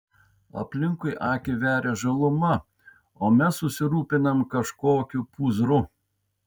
aplinkui akį veria žaluma o mes susirūpinom kažkokiu pūzru